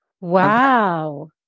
Wow